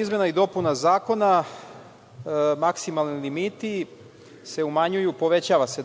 izmena i dopuna zakona maksimalni limiti se umanjuju. Zapravo, povećava se